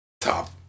top